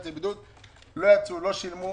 לא יצאו, לא שילמו.